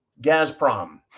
Gazprom